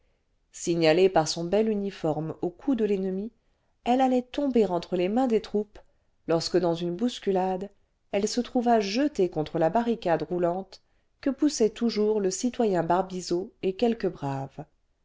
signalée par son bel uniforme aux coups de l'ennemi elle allait tomber entre les mains des troupes lorsque dans une bousculade elle se trouva jetée contre la barricade roulante que poussaient toujours le citoyen barbizot et quelques braves